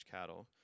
cattle